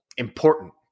important